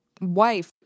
wife